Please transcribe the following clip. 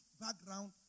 background